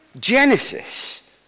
Genesis